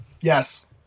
Yes